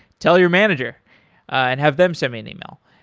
tell your manager and have them send me an email.